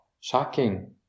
shocking